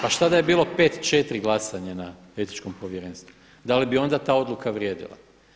Pa šta da je bilo 5:4 glasanje na Etičkom povjerenstvu, da li bi onda ta odluka vrijedila?